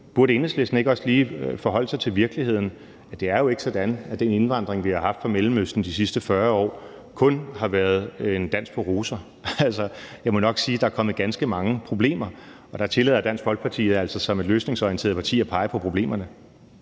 Burde Enhedslisten ikke også lige forholde sig til virkeligheden? Det er jo ikke sådan, at den indvandring, vi har haft fra Mellemøsten de sidste 40 år, kun har været en dans på roser. Jeg må nok sige, at der er kommet ganske mange problemer, og der tillader Dansk Folkeparti sig altså som et løsningsorienteret parti at pege på problemerne.